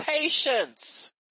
patience